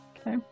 Okay